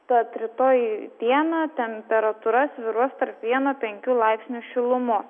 tad rytoj dieną temperatūra svyruos tarp vieno penkių laipsnių šilumos